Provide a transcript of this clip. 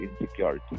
insecurity